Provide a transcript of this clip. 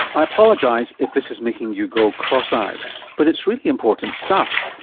i apologise if this is making you go cross eyed but it's really important stuff.